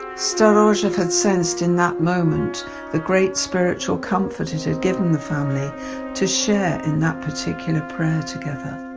storozhev had sensed in that moment the great spiritual comfort it had given the family to share in that particular prayer together.